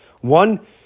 One